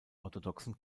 orthodoxen